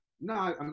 No